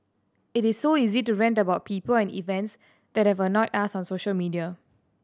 it is so easy to rant about people and events that have annoyed us on social media